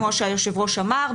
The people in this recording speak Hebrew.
כמו שהיושב-ראש אמר,